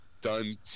done